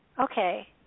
okay